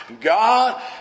God